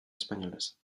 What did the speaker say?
espainolez